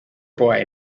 boy